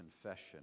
confession